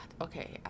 okay